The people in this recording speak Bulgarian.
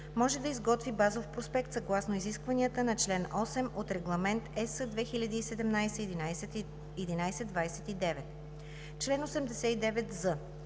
може да изготви базов проспект съгласно изискванията на чл. 8 от Регламент (ЕС) 2017/1129. Чл. 89з.